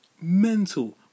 mental